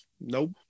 nope